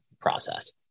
process